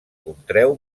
contreu